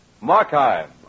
Markheim